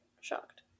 shocked